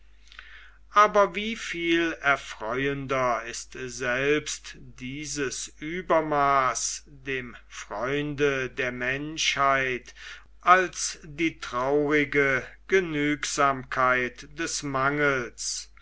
aber wie viel erfreuender ist selbst dieses uebermaß dem freunde der menschheit als die traurige genügsamkeit des mangels